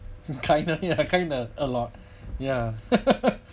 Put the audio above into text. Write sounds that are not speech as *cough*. *laughs* kinda ya kinda a lot ya *laughs*